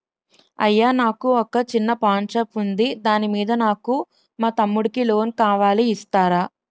అయ్యా నాకు వొక చిన్న పాన్ షాప్ ఉంది దాని మీద నాకు మా తమ్ముడి కి లోన్ కావాలి ఇస్తారా?